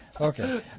Okay